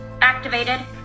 activated